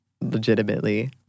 legitimately